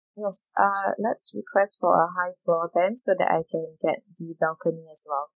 yes uh let's request for a high floor then so that I can get the balcony as well